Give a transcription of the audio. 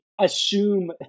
assume